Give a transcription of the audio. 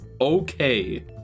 okay